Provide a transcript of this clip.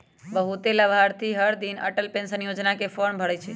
बहुते लाभार्थी हरदिन अटल पेंशन योजना के फॉर्म भरई छई